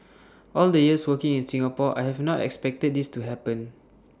all the years working in Singapore I have not expected this to happen